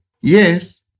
Yes